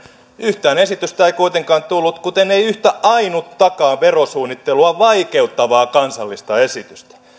yhtään esitystä ei kuitenkaan tullut kuten ei yhtä ainuttakaan verosuunnittelua vaikeuttavaa kansallista esitystä